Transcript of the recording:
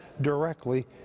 directly